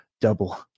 double